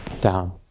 down